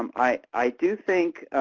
um i i do think